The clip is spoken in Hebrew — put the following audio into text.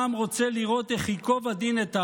העם רוצה לראות איך ייקוב הדין את ההר.